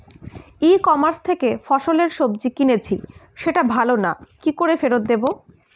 ই commerce থেকে ফসলের বীজ কিনেছি সেটা ভালো না কি করে ফেরত দেব?